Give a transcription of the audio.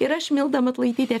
ir aš milda matulaitytė